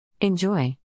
Enjoy